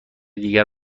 دیگر